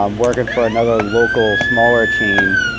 um workin' for another local smaller chain.